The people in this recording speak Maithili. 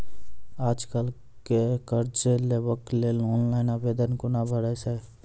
आज कल कर्ज लेवाक लेल ऑनलाइन आवेदन कूना भरै छै?